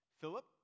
Philip